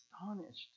astonished